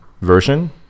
version